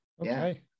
Okay